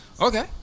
Okay